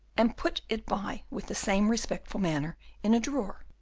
and put it by with the same respectful manner in a drawer,